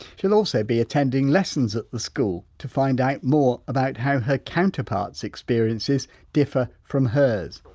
she'll also be attending lessons at the school, to find out more about how her counterpart's experiences differ from hers.